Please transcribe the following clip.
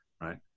right